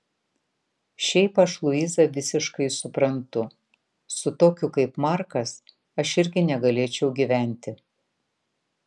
šiaip aš luizą visiškai suprantu su tokiu kaip markas aš irgi negalėčiau gyventi